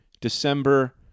December